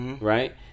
Right